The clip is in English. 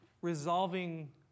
resolving